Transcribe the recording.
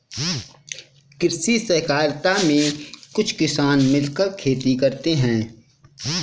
कृषि सहकारिता में कुछ किसान मिलकर खेती करते हैं